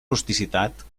rusticitat